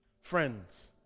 Friends